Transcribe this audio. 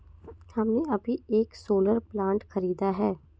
हमने अभी एक सोलर प्लांट खरीदा है